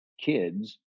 kids